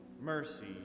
mercy